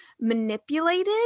manipulated